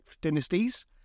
dynasties